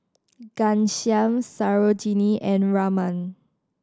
Ghanshyam Sarojini and Raman